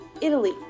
Italy